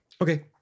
Okay